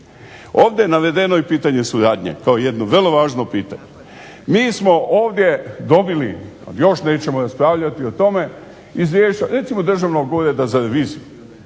Ovdje je navedeno i pitanje suradnje kao jedno vrlo važno pitanje. Mi smo ovdje dobili, još nećemo raspravljati o tome, izvješće recimo Državno ureda za reviziju